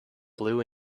blue